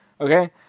Okay